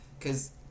cause